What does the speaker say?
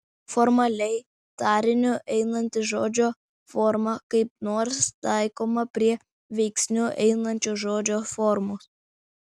formaliai tariniu einanti žodžio forma kaip nors taikoma prie veiksniu einančios žodžio formos